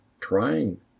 trying